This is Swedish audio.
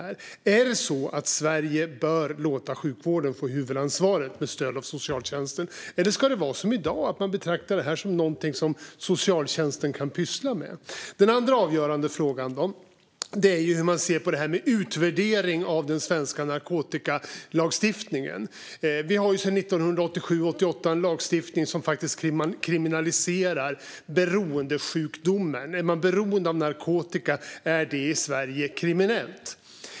Är det så att Sverige bör låta sjukvården få huvudansvaret med stöd av socialtjänsten? Eller ska det vara som i dag att man betraktar det som någonting som socialtjänsten kan pyssla med? Den andra avgörande frågan är hur man ser på utvärdering av den svenska narkotikalagstiftningen. Vi har sedan 1987 en lagstiftning som kriminaliserar beroendesjukdomen. Om man är beroende av narkotika är det i Sverige kriminellt.